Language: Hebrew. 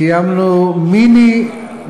אנחנו קיימנו מיני-דיון